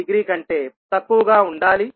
degree కంటే తక్కువగా ఉండాలి